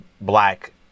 black